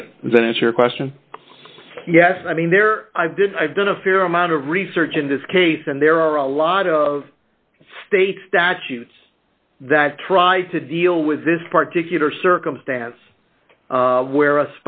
that then is your question yes i mean there i've been i've done a fair amount of research in this case and there are a lot of state statutes that try to deal with this particularly circumstance where